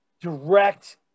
direct